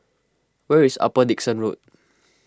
where is Upper Dickson Road